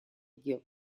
дел